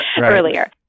earlier